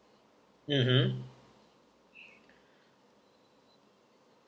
mmhmm